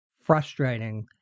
frustrating